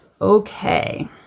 okay